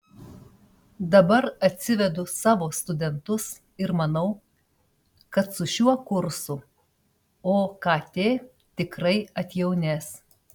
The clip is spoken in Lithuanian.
dabar atsivedu savo studentus ir manau kad su šiuo kursu okt tikrai atjaunės